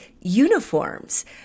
uniforms